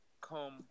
come